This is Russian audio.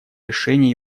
решения